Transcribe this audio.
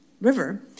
River